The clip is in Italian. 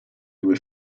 due